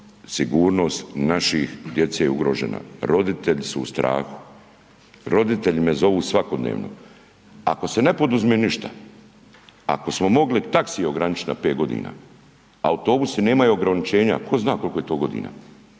sigurnost naše djece je ugrožena, roditelji su u strahu. Roditelji me zovu svakodnevno. Ako se ne poduzme ništa, ako smo mogli taxi ograničiti na 5 godina, autobusi nemaju ograničenja, ko zna koliko je to godina.